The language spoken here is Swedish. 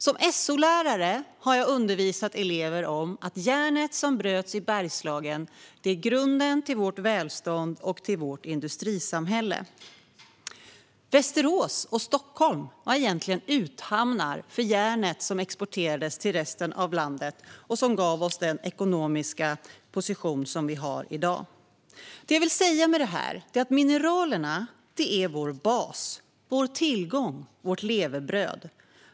Som SO-lärare har jag undervisat elever om att järnet som bröts i Bergslagen är grunden för vårt välstånd och vårt industrisamhälle. Västerås och Stockholm var egentligen uthamnar för järnet, som exporterades till resten av landet och som gav oss den ekonomiska position som vi har i dag. Det jag vill säga med detta är att mineralerna är vår bas, vår tillgång, vårt levebröd.